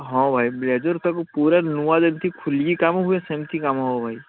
ହଁ ଭାଇ ବ୍ଲେଜର୍ଟାକୁ ପୁରା ନୂଆ ଯେମିତି ଖୋଲିକି କାମ ହୁଏ ସେମିତି କାମ ହେବ ଭାଇ